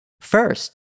First